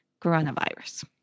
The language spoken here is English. coronavirus